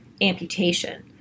amputation